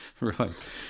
Right